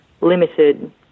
limited